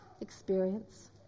experience